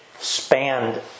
spanned